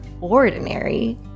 ordinary